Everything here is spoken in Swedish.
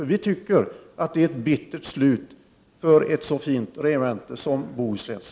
Vi tycker nämligen att det är ett bittert slut för ett så fint regemente som Bohusläns.